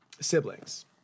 Siblings